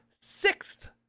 sixth